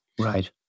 Right